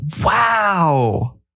wow